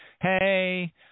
hey